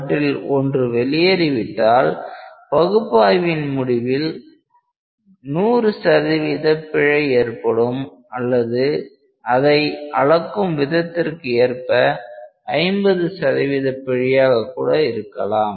அவற்றில் ஒன்று வெளியேறிவிட்டால் பகுப்பாய்வின் முடிவில் 100 சதவீத பிழை ஏற்படும் அல்லது அதை அளக்கும் விதத்திற்கு ஏற்ப 50 சதவீத பிழையாக கூட இருக்கலாம்